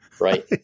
Right